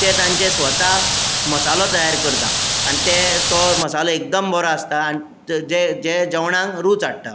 ते तांचे स्वता मसालो तयार करता आनी ते तो मसालो एकदम बरो आसता जे जेवणाक रूच हाडटा